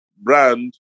brand